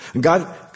God